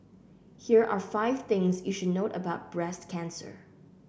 here are five things you should note about breast cancer